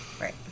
Right